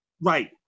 Right